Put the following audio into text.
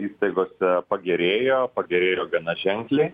įstaigose pagerėjo pagerėjo gana ženkliai